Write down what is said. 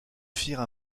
firent